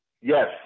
yes